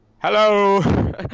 hello